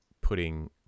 putting